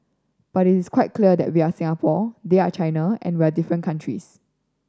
but it is quite clear that we are Singapore they are China and we are different countries